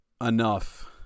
enough